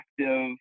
active